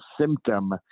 symptom